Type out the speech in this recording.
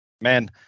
man